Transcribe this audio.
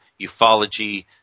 ufology